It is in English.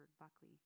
Buckley